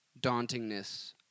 dauntingness